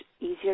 easier